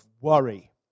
worry